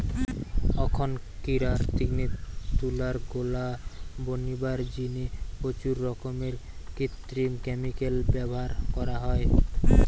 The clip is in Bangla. অখনকিরার দিনে তুলার গোলা বনিবার জিনে প্রচুর রকমের কৃত্রিম ক্যামিকাল ব্যভার করা হয়